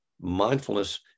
mindfulness